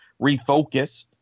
refocus